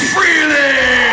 Freely